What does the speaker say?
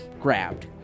grabbed